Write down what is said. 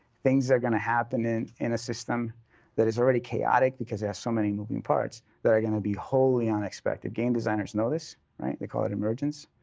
things are going to happen in in a system that is already chaotic because it has so many moving parts that are going to be wholly unexpected. game designers know this, right? they call it emergence.